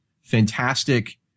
fantastic